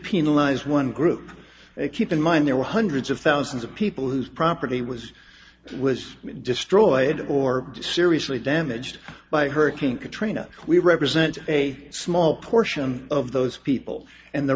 penalise one group keep in mind there were hundreds of thousands of people whose property was was destroyed or seriously damaged by hurricane katrina we represent a small portion of those people and the